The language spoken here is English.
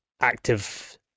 active